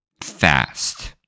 fast